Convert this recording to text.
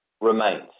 remains